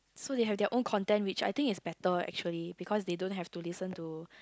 so they have their own content which I think is better actually because they don't have to listen to